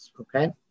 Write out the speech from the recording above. okay